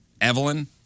Evelyn